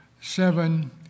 seven